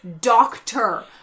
doctor